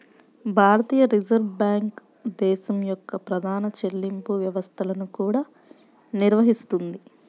భారతీయ reserve bank దేశం యొక్క ప్రధాన చెల్లింపు వ్యవస్థలను కూడా నిర్వహిస్తుంది